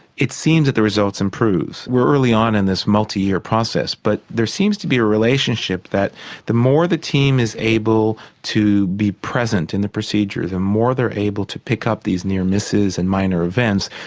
it seems that the results improve. we're early on in this multi-year process but there seems to be a relationship that the more the team is able to be present in the procedure the more they're able to pick up these near misses and minor events,